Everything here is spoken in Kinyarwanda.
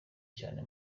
cyane